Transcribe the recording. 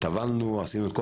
טבלנו ועשינו את כל